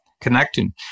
connecting